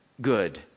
good